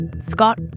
Scott